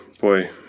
boy